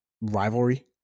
rivalry